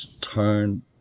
turn